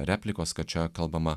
replikos kad čia kalbama